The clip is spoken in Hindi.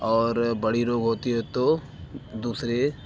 और बड़ा रोग होता है तो दूसरे